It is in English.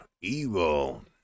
Evil